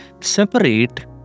separate